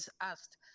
asked